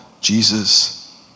Jesus